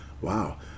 Wow